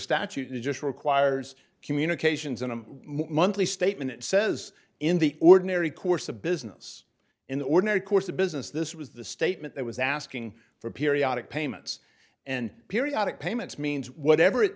statute it just requires communications and a monthly statement that says in the ordinary course of business in the ordinary course of business this was the statement that was asking for periodic payments and periodic payments means whatever it